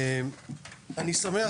אני שמח,